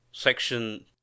Section